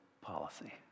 policy